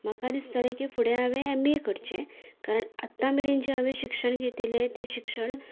म्हाका दिसतालें की फुडें हांवे एम ए करचें कारण आतां मेरेन जे हांवे शिक्षण घेतिल्ले ते शिक्षण